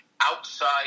outside